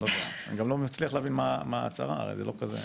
אני גם לא מצליח להבין מה זו ההצהרה האת.